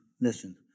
Listen